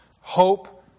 Hope